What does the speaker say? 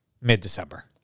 mid-December